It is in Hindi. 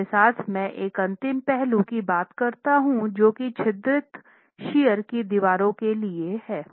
इसके साथ मैं एक अंतिम पहलू की बात करता हूं जो कि छिद्रित शियर की दीवारों के लिए है